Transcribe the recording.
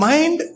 Mind